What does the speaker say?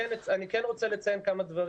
אני כן רוצה לציין כמה דברים.